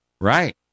Right